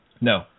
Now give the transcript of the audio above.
No